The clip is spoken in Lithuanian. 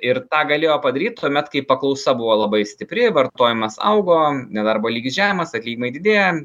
ir tą galėjo padaryt tuomet kai paklausa buvo labai stipri vartojimas augo nedarbo lygis žemas atlyginimai didėja